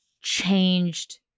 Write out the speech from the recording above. changed